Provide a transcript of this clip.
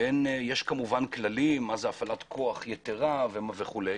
יש כמובן כללים, מה זה הפרת כוח יתרה וכו'.